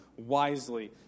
Wisely